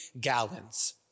gallons